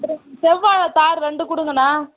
அப்புறம் செவ்வாழை தார் ரெண்டு கொடுங்கண்ணா